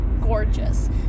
gorgeous